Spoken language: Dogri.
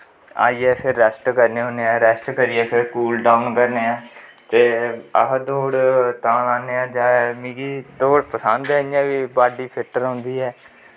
आईयै फिर रैस्ट करनें होनें ऐं रैस्ट करियै फिर कूल डाउन करनें ऐं ते अस दौड़ तां लान्नें ऐं मिगी दौड़ पसंद ऐ बॉड्डी फिट्ट रौंह्दी ऐ